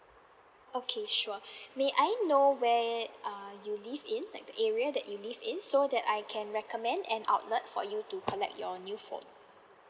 okay sure may I know where uh you live in like the area that you live in so that I can recommend an outlet for you to collect your new phone